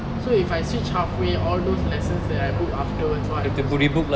so if I switch halfway all those lessons that I book afterwards what happens